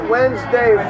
Wednesday